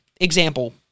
Example